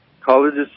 Colleges